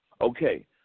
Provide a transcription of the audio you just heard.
Okay